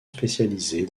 spécialisée